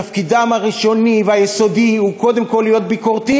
תפקידה הראשוני והיסודי הוא קודם כול להיות ביקורתית,